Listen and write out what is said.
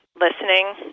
listening